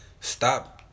stop